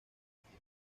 región